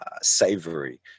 savory